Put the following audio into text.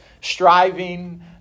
striving